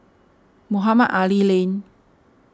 Mohamed Ali Lane